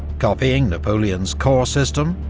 copying napoleon's corps system,